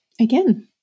again